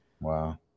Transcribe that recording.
Wow